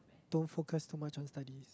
don't focus too much on studies